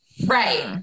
Right